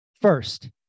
First